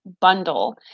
bundle